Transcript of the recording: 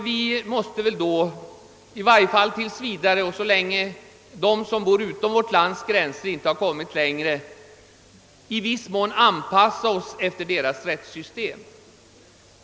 Vi måste väl då, i varje fall tills vidare och så länge de som bor utom vårt lands gränser inte har kommit längre, i viss mån anpassa oss efter deras rättssystem.